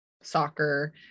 soccer